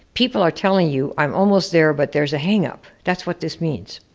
people are telling you, i'm almost there, but there's a hangup. that's what this means.